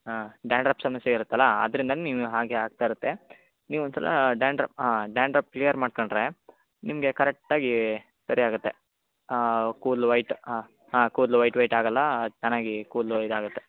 ಹಾಂ ಡ್ಯಾಂಡ್ರಪ್ ಸಮಸ್ಯೆ ಇರುತ್ತಲ ಅದರಿಂದನೆ ನೀವು ಹಾಗೆ ಆಗ್ತ ಇರುತ್ತೆ ನೀವು ಒಂದ್ಸಲ ಡ್ಯಾಂಡ್ರ ಹಾಂ ಡ್ಯಾಂಡ್ರಪ್ ಕ್ಲಿಯರ್ ಮಾಡ್ಕೊಂಡ್ರೆ ನಿಮಗೆ ಕರೆಕ್ಟಾಗಿ ಸರಿ ಆಗುತ್ತೆ ಕೂದಲು ವಯ್ಟ್ ಹಾಂ ಹಾಂ ಕೂದಲು ವಯ್ಟ್ ವಯ್ಟ್ ಆಗಲ್ಲ ಚೆನ್ನಾಗಿ ಕೂದಲು ಇದಾಗುತ್ತೆ